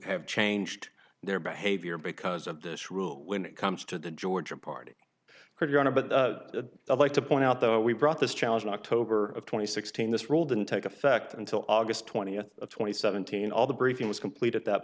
have changed their behavior because of this rule when it comes to the georgia party could you want to but i like to point out though we brought this challenge in october of twenty sixteen this rule didn't take effect until august twentieth twenty seventeen all the briefing was complete at that